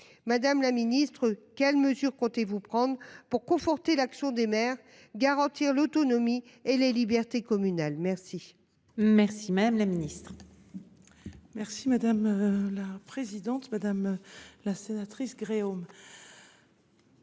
Madame la ministre, quelles mesures comptez-vous prendre pour conforter l'action des maires et garantir l'autonomie et les libertés communales ? La parole est à Mme la ministre déléguée. Madame la sénatrice Gréaume,